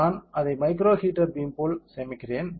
நான் அதை micro heater beam போல் சேமிக்கிறேன்